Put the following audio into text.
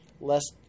less